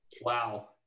wow